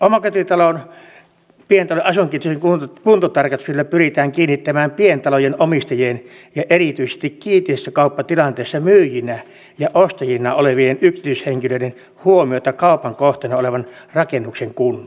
omakotitalon pientalon ja asuinkiinteistön kuntotarkastuksilla pyritään kiinnittämään pientalojen omistajien ja erityisesti kiinteistön kauppatilanteessa myyjinä ja ostajina olevien yksityishenkilöiden huomiota kaupan kohteena olevan rakennuksen kuntoon